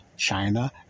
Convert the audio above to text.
China